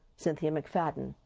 cynthia mcfadden,